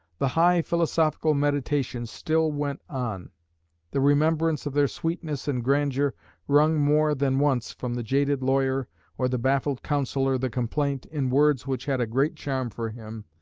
the high philosophical meditations still went on the remembrance of their sweetness and grandeur wrung more than once from the jaded lawyer or the baffled counsellor the complaint, in words which had a great charm for him,